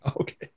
Okay